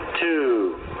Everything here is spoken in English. two